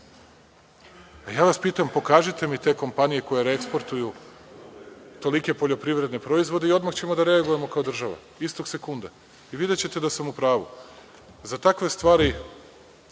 Ja vas pitam, pokažite mi te kompanije koje reeksportuju tolike poljoprivredne proizvode i odmah ćemo da reagujemo kao država, istog sekunda i videćete da sam u pravu. Za takve stvari